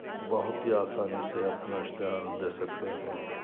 بہت ہی آسانی سے اپنا اشتہار دے سکتے ہیں